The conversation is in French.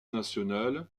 national